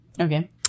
Okay